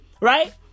Right